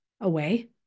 away